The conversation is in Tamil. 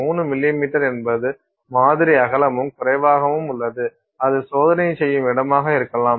3 மில்லிமீட்டர் என்பது மாதிரி அகலமும் குறைவாகவும் உள்ளது அது சோதனையை செய்யும் இடமாக இருக்கலாம்